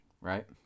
right